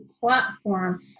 platform